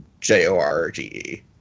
J-O-R-G-E